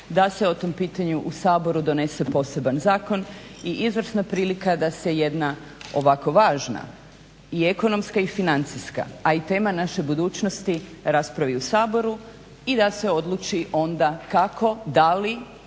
da se o tom pitanju u Saboru donese poseban zakon i izvrsna prilika da se jedna ovako važna i ekonomska, i financijska a i tema naše budućnosti raspravi u Saboru i da se odlučio onda kako, da li,